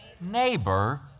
neighbor